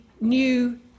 new